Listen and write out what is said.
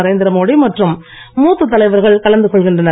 நரேந்திர மோடி மற்றும் மூத்த தலைவர்கள் கலந்து கொள்கின்றனர்